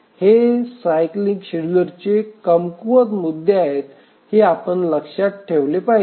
हे सायकलिंग शेड्यूलरचे कमकुवत मुद्दे आहेत हे आपण लक्षात ठेवले पाहिजे